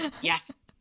Yes